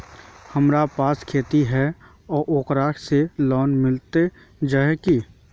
हमरा पास खेती है ओकरा से लोन मिलबे जाए की?